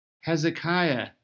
Hezekiah